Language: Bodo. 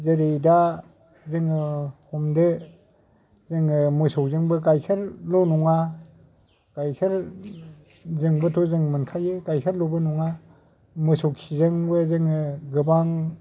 जेरै दा जोङो हमदो जोङो मोसौजोंबो गाइखेरल' नङा गाइखेरजोंबोथ' जों मोनखायो गाइखेरल'बो नङा मोसौ खिजोंबो जोङो गोबां